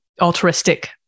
altruistic